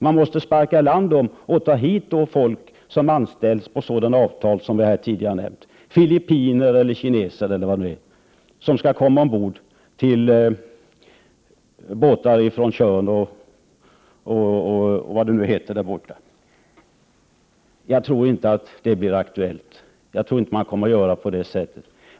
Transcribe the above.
Man måste sparka i land sina besättningar och ta hit folk som anställs på sådana avtal som vi tidigare har nämnt. Filippinare och kineser skall komma ombord på båtar från t.ex. Tjörn. Jag tror inte att det blir aktuellt. Jag tror inte att man kommer att göra på det sättet.